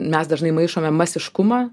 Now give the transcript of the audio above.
mes dažnai maišome masiškumą